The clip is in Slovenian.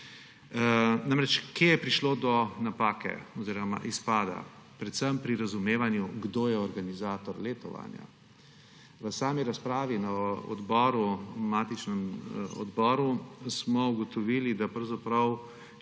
pripada. Kje je prišlo do napake oziroma izpada? Predvsem pri razumevanju, kdo je organizator letovanja. V sami razpravi na matičnem odboru smo ugotovili, da so